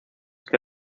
que